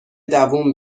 دووم